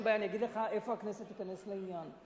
אני אגיד לך איפה הכנסת תיכנס לעניין.